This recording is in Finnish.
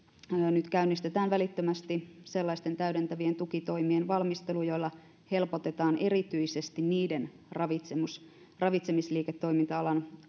nyt käynnistetään välittömästi sellaisten täydentävien tukitoimien valmistelu joilla helpotetaan erityisesti niiden ravitsemisliiketoiminta alan harjoittajien